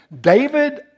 David